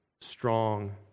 strong